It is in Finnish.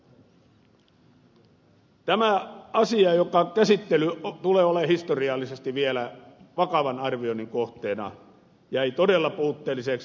tämän asian käsittely joka tulee olemaan historiallisesti vielä vakavan arvioinnin kohteena jäi todella puutteelliseksi